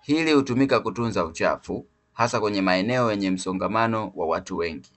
Hili hutumika kutunza uchafu hasa kwenye maeneo yenye msongamano wa watu wengi.